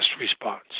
response